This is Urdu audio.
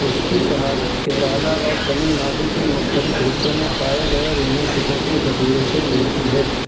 اس کی شہادت کیرلا اور تمل ناڈو کے مختلف حصوں میں پائے گئے رومن سکوں کے ذخیرے سے ملتی ہے